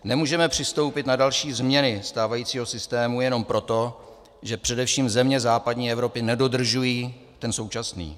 Nemůžeme přistoupit na další změny stávajícího systému jenom proto, že především země západní Evropy nedodržují ten současný.